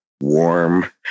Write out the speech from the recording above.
warm